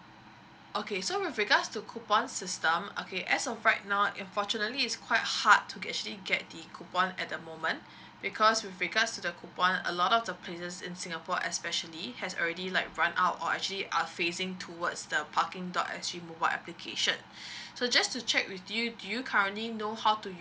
okay so with regards to coupon system okay as of right now unfortunately it's quite hard to actually get the coupon at the moment because with regards to the coupon a lot of the places in singapore especially has already like run out or actually are phasing towards the parking dot s g mobile application so just to check with you do you currently know how to use